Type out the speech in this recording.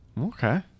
okay